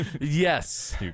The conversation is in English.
Yes